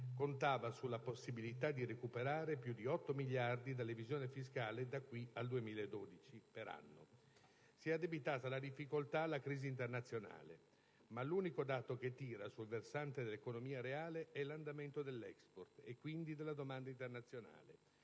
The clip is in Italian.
contava sulla possibilità di recuperare più di 8 miliardi per anno dall'evasione fiscale da qui al 2012. Si è addebitata la difficoltà alla crisi internazionale: ma l'unico dato che tira sul versante dell'economia reale è l'andamento dell'*export* e quindi della domanda internazionale.